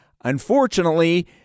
unfortunately